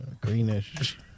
Greenish